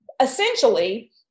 essentially